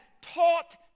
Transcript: taught